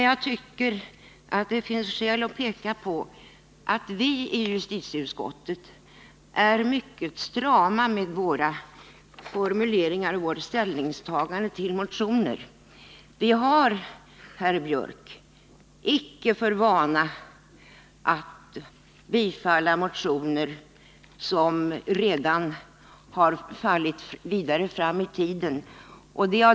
Jag tycker det finns skäl att peka på att vi i justitieutskottet är mycket strama i våra formuleringar och våra ställningstaganden till motioner. Vi har, herr Biörck i Värmdö, icke för vana att tillstyrka motioner vilkas förslag redan har fallit framåt.